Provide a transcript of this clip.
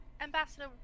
Ambassador